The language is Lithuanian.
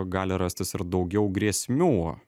gali rastis ir daugiau grėsmių